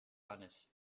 honest